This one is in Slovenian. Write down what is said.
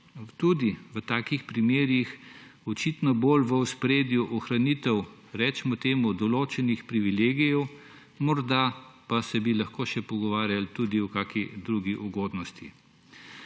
tudi v takih primerih očitno bolj v ospredju ohranitev, recimo temu, določenih privilegijev, morda pa bi se lahko pogovarjali tudi o kakšni drugi ugodnosti.